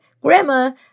Grandma